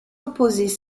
opposées